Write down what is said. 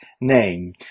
name